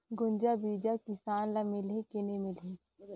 गुनजा बिजा किसान ल मिलही की नी मिलही?